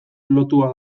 lotua